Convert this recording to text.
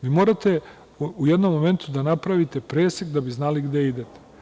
Vi morate u jednom momentu da napravite presek da bi znali gde idete.